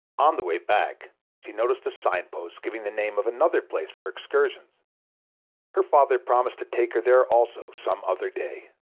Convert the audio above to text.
on the way back she noticed a signpost giving the name of another place for excursions her father promised to take her there also some other day.